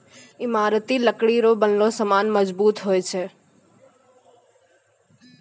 ईमारती लकड़ी रो बनलो समान मजबूत हुवै छै